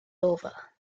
over